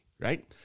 right